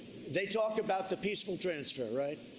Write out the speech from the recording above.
they talk about the peaceful transfer, right?